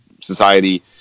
society